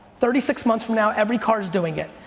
thirty-six months from now, every car is doing it.